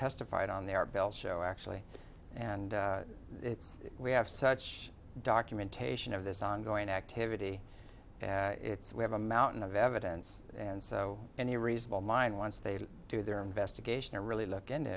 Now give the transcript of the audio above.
testified on their bill show actually and we have such documentation of this ongoing activity it's we have a mountain of evidence and so any reasonable mind once they do their investigation or really look into